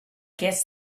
guess